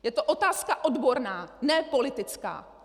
Je to otázka odborná, ne politická!